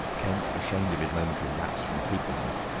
kemp, ashamed of his momentary lapse from truthfulness,